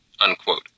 unquote